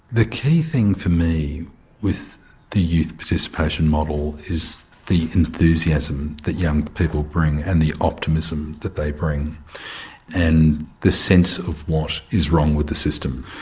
the key thing for me with the youth participation model is the enthusiasm that young people bring and the optimism that they bring and the sense of what is wrong with the system.